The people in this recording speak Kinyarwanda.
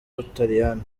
butaliyani